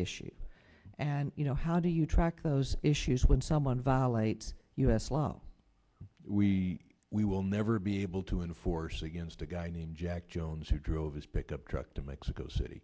issue and you know how do you track those issues when someone violates u s law we we will never be able to enforce against a guy named jack jones who drove his pickup truck to mexico city